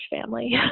family